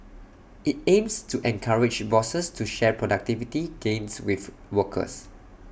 IT aims to encourage bosses to share productivity gains with workers